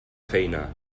feina